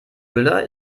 müller